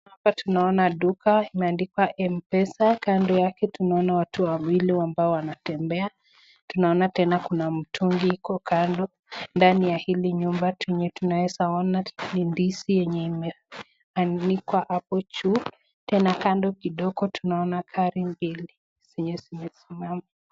Hapa tunaona duka imeandikwa m-pesa, kando yake tunaona watu wawili ambao wanatembea. Tunaona tena kuna mtungi iko kando. Ndani ya hili nyumba tena, tunazoona ni ndizi yenye imeanikwa hapo juu, tena kando kidogo tunaona gari mbili zenye zimesimama.